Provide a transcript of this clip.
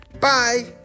Bye